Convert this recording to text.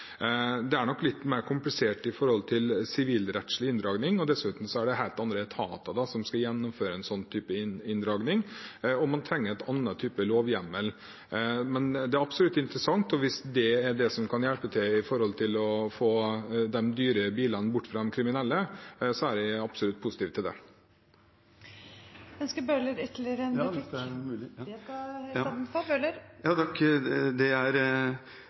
Det er nok litt mer komplisert når det gjelder sivilrettslig inndragning. Dessuten er det helt andre etater som skal gjennomføre en sånn type inndragning, og man trenger en annen type lovhjemmel. Men det er absolutt interessant, og hvis dette er det som kan hjelpe for å få de dyre bilene bort fra de kriminelle, er jeg absolutt positiv til det. En av grunnene til at vi fremmer forslaget om aktsomhetsplikt, er